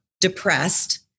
depressed